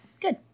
Good